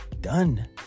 done